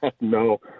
No